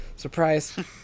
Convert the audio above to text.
surprise